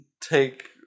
take